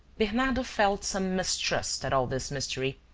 bernardo felt some mistrust at all this mystery,